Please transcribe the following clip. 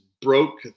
broke